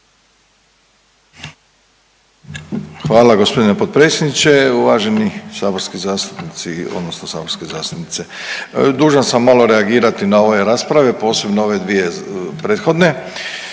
Hvala gospodine potpredsjedniče, uvaženi saborski zastupnici odnosno saborske zastupnice. Dužan sam malo reagirati na ove rasprave, posebno ove dvije prethodne.